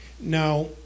Now